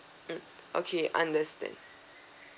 mm okay understand